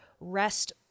rest